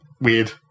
weird